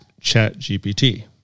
ChatGPT